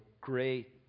great